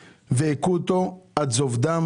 והיכו אותו עד זוב דם.